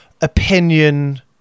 opinion